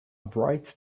bright